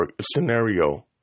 scenario